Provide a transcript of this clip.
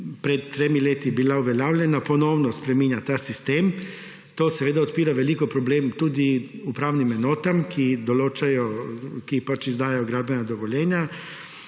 pred tremi leti bila uveljavljena, ponovno spreminja ta sistema. To seveda odpira veliko problemov tudi upravnim enotam, ki pač izdajajo gradbena dovoljenja.